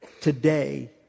today